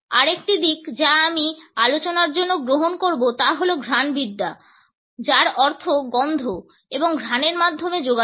আরেকটি দিক যা আমি আলোচনার জন্য গ্রহণ করব তা হল ঘ্রাণবিদ্যা যার অর্থ গন্ধ এবং ঘ্রাণের মাধ্যমে যোগাযোগ